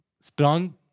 Strong